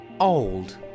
Old